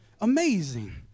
Amazing